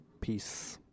Peace